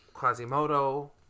Quasimodo